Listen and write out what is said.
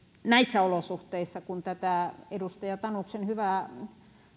näissä olosuhteissa kun edustaja tanuksen hyvä